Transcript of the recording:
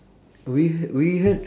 we h~ we heard